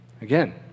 Again